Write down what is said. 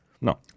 No